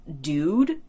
dude